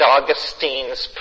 Augustine's